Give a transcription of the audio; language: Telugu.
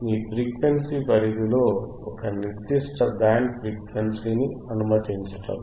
మీ ఫ్రీక్వెన్సీ పరిధిలో ఒక నిర్దిష్ట బ్యాండ్ ఫ్రీక్వెన్సీ ని అనుమతించటం